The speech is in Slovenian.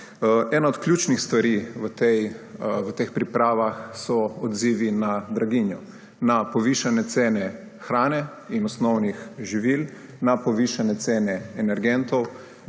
Ena od ključnih stvari v teh pripravah so odzivi na draginjo, na povišane cene hrane in osnovnih živil, na povišane cene energentov,